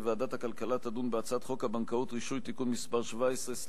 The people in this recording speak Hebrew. ועדת הכלכלה תדון בהצעת חוק הבנקאות (רישוי) (תיקון מס' 17),